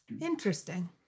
Interesting